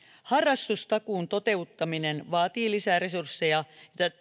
harrastustakuun toteuttaminen vaatii lisää resursseja